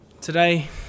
today